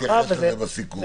אתייחס לזה בסיכום.